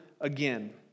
again